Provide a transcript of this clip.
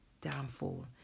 downfall